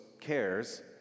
cares